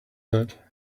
that